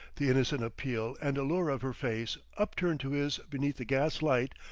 the innocent appeal and allure of her face, upturned to his beneath the gas-light,